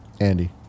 Andy